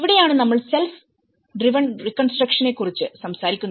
ഇവിടെയാണ് നമ്മൾ self driven റീകൺസ്ട്രക്ഷനെ കുറിച്ച് സംസാരിക്കുന്നത്